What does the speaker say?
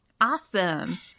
Awesome